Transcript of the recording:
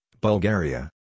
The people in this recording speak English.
Bulgaria